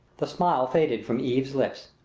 the smile faded from eve's lips.